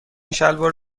شلوار